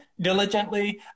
diligently